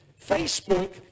Facebook